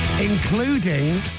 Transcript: including